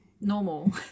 Normal